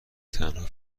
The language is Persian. تنهایی